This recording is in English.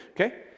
Okay